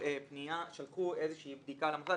שלחו איזושהי בדיקה למכללה.